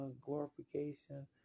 glorification